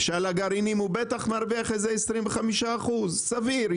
שעל הגרעינים הוא בטח מרוויח איזה 25%. סביר.